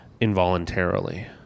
involuntarily